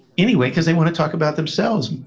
anyway, because they want to talk about themselves.